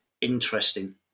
interesting